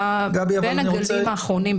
בין הגלים האחרונים,